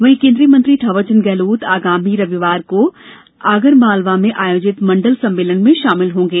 वहीं केन्द्रीय मंत्री थावरचंद गहलोत आगामी रविवार को आगरमालवा में आयोजित मंडल सम्मेलन में शामिल होंगे